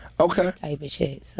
Okay